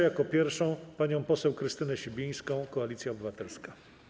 Jako pierwszą proszę panią poseł Krystynę Sibińską, Koalicja Obywatelska.